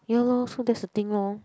ya lor so that's the thing lor